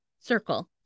circle